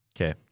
Okay